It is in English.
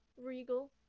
regal